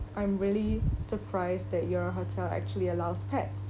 I'm really surprised that your hotel actually allows pets